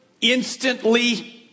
instantly